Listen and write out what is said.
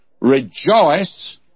rejoice